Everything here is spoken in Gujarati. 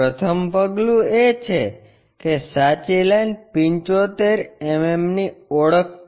પ્રથમ પગલું એ છે કે સાચી લાઇન 75 mmની ઓળખ કરવી